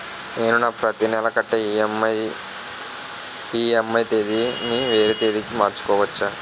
నేను నా ప్రతి నెల కట్టే ఈ.ఎం.ఐ ఈ.ఎం.ఐ తేదీ ని వేరే తేదీ కి మార్చుకోవచ్చా?